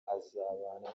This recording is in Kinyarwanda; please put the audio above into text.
asabana